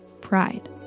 Pride